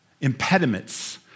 impediments